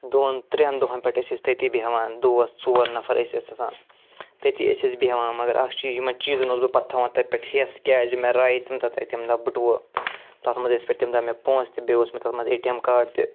دۄن ترٛیٚن دۄہَن پٮ۪ٹھ ٲسۍ أسۍ تٔتی بیٚہوان دوس ژور نفر أسۍ ٲسۍ آسان تٔتی ٲسۍ أسۍ بیٚہوان مگر اَکھ چیٖز یِمَن چیٖزَن اوسُس بہٕ پتہٕ تھاوان ہیٚس کیٛازِ مےٚ رایے تَمہِ دۄہ تَتہِ بٔٹوٕ تَتھ منٛز ٲسۍ پٮ۪ٹھ تَمہِ دۄہ پونٛسہٕ تہِ بیٚیہِ اوس مےٚ تَتھ منٛز اے ٹی ایٚم کارڈ تہِ